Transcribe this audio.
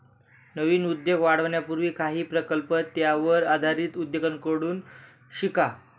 नवीन उद्योग वाढवण्यापूर्वी काही प्रकल्प त्यावर आधारित उद्योगांकडून शिका